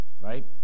Right